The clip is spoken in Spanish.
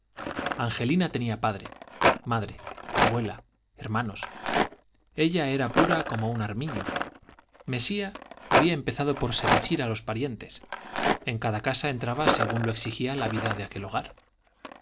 angelina tenía padre madre abuela hermanos ella era pura como un armiño mesía había empezado por seducir a los parientes en cada casa entraba según lo exigía la vida de aquel hogar